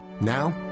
now